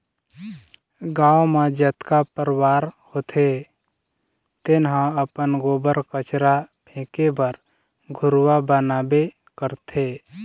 गाँव म जतका परवार होथे तेन ह अपन गोबर, कचरा फेके बर घुरूवा बनाबे करथे